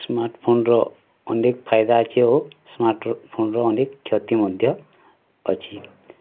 ସ୍ମାର୍ଟଫୋନର ଅନେକ ଫାଇଦା ଅଛି ଆଉ ସ୍ମାର୍ଟଫୋନର ଅନେକ କ୍ଷତି ମଧ୍ୟ ଅଛି